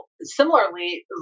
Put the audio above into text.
similarly